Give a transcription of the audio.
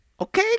Okay